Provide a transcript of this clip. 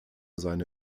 seine